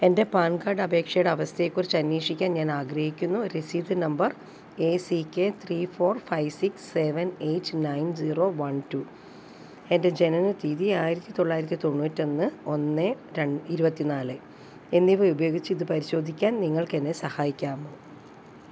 എൻ്റെ PAN card അപേക്ഷയുടെ അവസ്ഥയെക്കുറിച്ച് അന്വേഷിക്കാൻ ഞാൻ ആഗ്രഹിക്കുന്നു രസീത് number A C K three four five six seven eight nine zero one two എൻ്റെ ജനനത്തീയതി ആയിരത്തി തൊള്ളായിരത്തി തൊണ്ണൂറ്റൊന്ന് ഒന്ന് ഇരുപത്തിനാല് എന്നിവ ഉപയോഗിച്ച് ഇത് പരിശോധിക്കാൻ നിങ്ങൾക്ക് എന്നെ സഹായിക്കാമോ